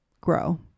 grow